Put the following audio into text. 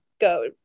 go